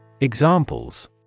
Examples